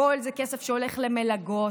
הכול זה כסף שהולך למלגות,